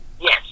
yes